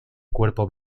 cuerpo